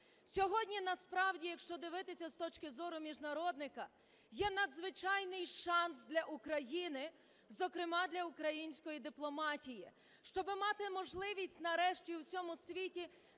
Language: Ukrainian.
Сьогодні насправді, якщо дивитися з точки зору міжнародника, є надзвичайний шанс для України, зокрема для української дипломатії, щоб мати можливість нарешті в усьому світі